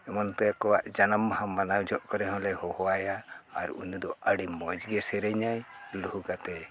ᱮᱢᱟᱱᱛᱮ ᱠᱚᱣᱟᱜ ᱡᱟᱱᱟᱢ ᱢᱟᱦᱟ ᱢᱟᱱᱟᱣ ᱡᱚᱠᱷᱚᱱ ᱠᱚᱨᱮ ᱦᱚᱸᱞᱮ ᱦᱚᱦᱚᱣᱟᱭᱟ ᱟᱨ ᱩᱱᱤ ᱫᱚ ᱟᱹᱰᱤ ᱢᱚᱡᱽ ᱜᱮ ᱥᱮᱨᱮᱧᱟᱭ ᱞᱩᱦᱩ ᱟᱛᱮ